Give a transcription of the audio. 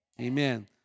amen